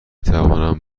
توانم